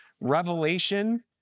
revelation